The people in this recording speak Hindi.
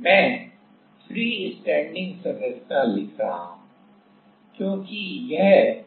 मैं फ्रीस्टैंडिंग संरचना लिख रहा हूं क्योंकि यह